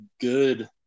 good